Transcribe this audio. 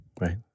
right